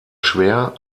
schwer